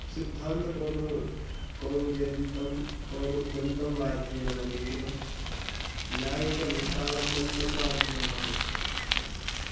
सिद्धान्तकौमु कौमुद्यन्तं कौमुद्यन्तं वा अध्ययनम् अपेक्षितं न्याये च मुक्तावल्यन्तं वा अध्ययनम् अपेक्षितं